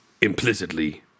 implicitly